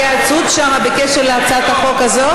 ההתייעצות שם היא בקשר להצעת החוק הזאת?